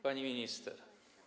Pani Minister!